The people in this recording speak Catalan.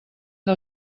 del